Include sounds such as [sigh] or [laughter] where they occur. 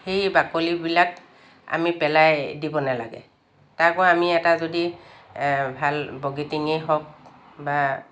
সেই বাকলিবিলাক আমি পেলাই দিব নালাগে তাৰপৰা আমি এটা যদি ভাল [unintelligible] হওক বা